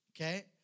Okay